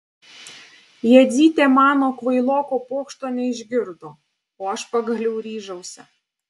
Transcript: jadzytė mano kvailoko pokšto neišgirdo o aš pagaliau ryžausi